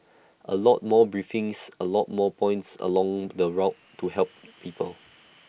A lot more briefings A lot more points along the rot to help people